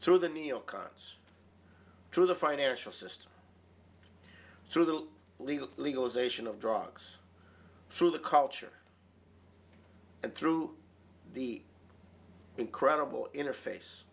through the neo cons through the financial system through the legal legalization of drugs through the culture and through the incredible interface